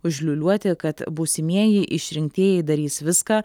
užliūliuoti kad būsimieji išrinktieji darys viską